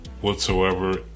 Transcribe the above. whatsoever